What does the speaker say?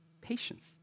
patience